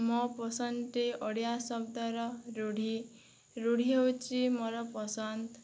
ମୋ ପସନ୍ଦଟି ଓଡ଼ିଆ ଶବ୍ଦର ରୁଢ଼ି ରୁଢ଼ି ହେଉଛି ମୋର ପସନ୍ଦ